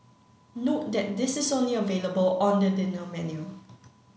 note that this is only available on the dinner menu